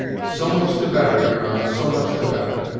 so much the better, huron so much the better.